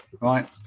right